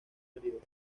heridos